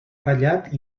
ratllat